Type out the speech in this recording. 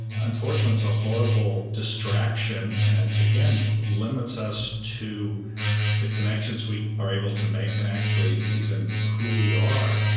unfortunately, it's so a horrible distraction, and it, again, limits us to the connections we are able to make and actually even who we are.